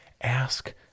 Ask